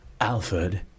Alfred